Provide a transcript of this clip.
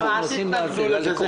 אל תתנגדו לזה.